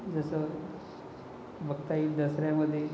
जसं बघता येईल दसऱ्यामध्ये